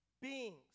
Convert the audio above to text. Beings